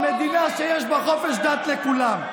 המדינה שיש בה חופש דת לכולם,